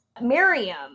Miriam